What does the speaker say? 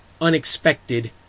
unexpected